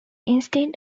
instead